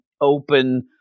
open